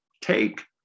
take